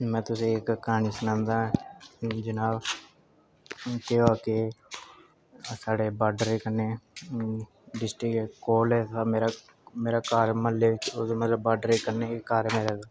में तुसें गी इक क्हानी सनादा के जनाब़ केह् होआ के साढ़े बार्डरे कन्नै डिस्टिकट कोल है मेरा घर म्हल्ले मतलब बार्डर कन्नै घर ऐ मेरे ते